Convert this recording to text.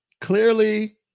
Clearly